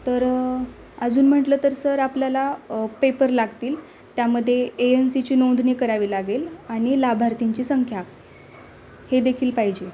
तर अजून म्हटलं तर सर आपल्याला पेपर लागतील त्यामध्ये ए एन सीची नोंदणी करावी लागेल आणि लाभार्थींची संख्या हे देखील पाहिजे